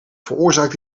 veroorzaakt